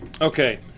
Okay